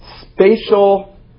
spatial